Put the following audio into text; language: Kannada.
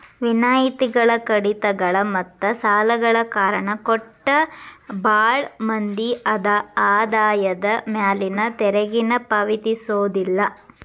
ವಿನಾಯಿತಿಗಳ ಕಡಿತಗಳ ಮತ್ತ ಸಾಲಗಳ ಕಾರಣ ಕೊಟ್ಟ ಭಾಳ್ ಮಂದಿ ಆದಾಯದ ಮ್ಯಾಲಿನ ತೆರಿಗೆನ ಪಾವತಿಸೋದಿಲ್ಲ